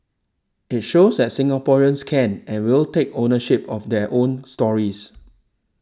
it shows that Singaporeans can and will take ownership of their own stories